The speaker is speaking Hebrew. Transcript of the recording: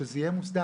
שזה יהיה מוסדר.